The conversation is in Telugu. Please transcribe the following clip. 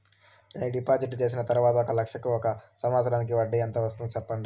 నేను డిపాజిట్లు చేసిన తర్వాత ఒక లక్ష కు ఒక సంవత్సరానికి వడ్డీ ఎంత వస్తుంది? సెప్పండి?